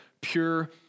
pure